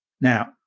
Now